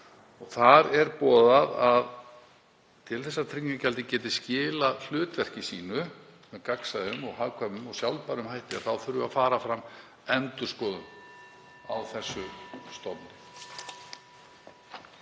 þar sem boðað er að til þess að tryggingagjaldið geti skilað hlutverki sínu með gagnsæjum, hagkvæmum og sjálfbærum hætti þurfi að fara fram endurskoðun á þessum stofnum.